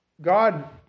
God